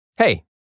Hey